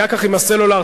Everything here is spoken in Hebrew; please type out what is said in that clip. היה כך עם הסלולר,